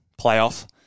playoff